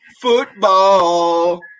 football